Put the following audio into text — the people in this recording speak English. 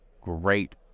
great